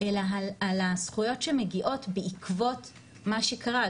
אלא על הזכויות שמגיעות בעקבות מה שקרה.